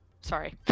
Sorry